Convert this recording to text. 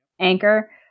anchor